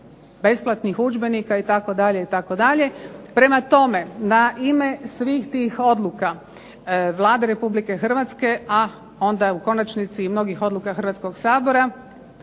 besplatnih udžbenika itd., itd. Prema tome, na ime svih tih odluka Vlada Republike Hrvatske, a onda u konačnici i mnogih odluka Hrvatskog sabora